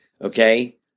okay